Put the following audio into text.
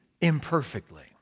imperfectly